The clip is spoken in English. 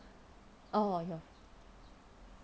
orh